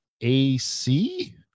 AC